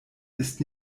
ist